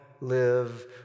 live